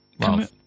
Come